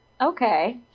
okay